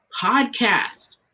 podcast